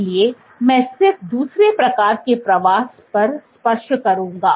इसलिए मैं सिर्फ दूसरे प्रकार के प्रवास पर स्पर्श करूँगा